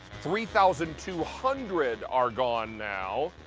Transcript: three thousand two hundred are gone now.